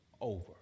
over